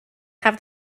have